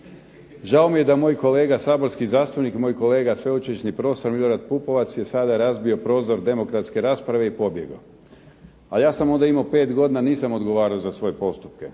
Žao mi je da moj kolega sveučilišni profesor, Milorad Pupovac je sada razbio prozor demokratske rasprave i pobjegao. Ali ja sam imao pet godina i nisam odgovarao za svoje postupke,